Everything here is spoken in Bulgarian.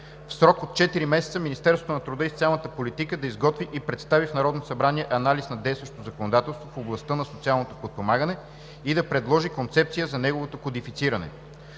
В срок от четири месеца Министерството на труда и социалната политика да изготви и представи в Народното събрание анализ на действащото законодателство в областта на социалното подпомагане и да предложи концепция за неговото кодифициране.